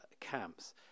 camps